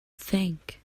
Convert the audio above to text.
think